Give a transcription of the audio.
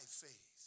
faith